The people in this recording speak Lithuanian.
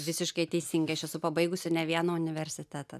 visiškai teisingai aš esu pabaigusi ne vieną universitetą